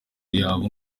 yabo